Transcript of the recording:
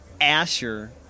Asher